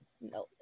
No